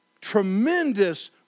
tremendous